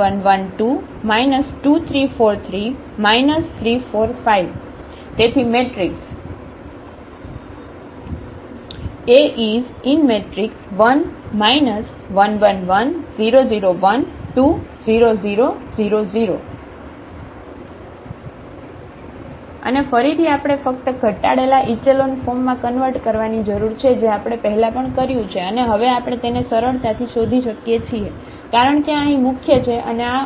1 1 2 2 3 4 3 3 4 5 તેથી matrix A1 1 1 1 0 0 1 2 0 0 0 0 અને ફરીથી આપણે ફક્ત ઘટાડેલા ઇચેલોન ફોર્મમાં કન્વર્ટ કરવાની જરૂર છે જે આપણે પહેલા કર્યું છે અને હવે આપણે તેને સરળતાથી શોધી શકીએ છીએ કારણ કે આ અહીં મુખ્ય છે અને આ મુખ્ય છે